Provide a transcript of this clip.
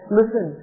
listen